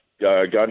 gun